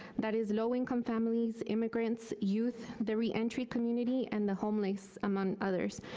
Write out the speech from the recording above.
that is low-income families, immigrants, youth, the reentry community and the homeless, among others.